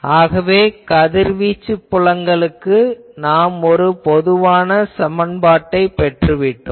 ஆகவே கதிர்வீச்சுப் புலங்களுக்கு நாம் ஒரு பொது சமன்பாட்டினைப் பெற்றுவிட்டோம்